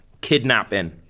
Kidnapping